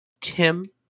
Tim